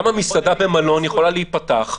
למה מסעדה במלון יכולה להיפתח,